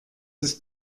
ist